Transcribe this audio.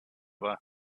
nearby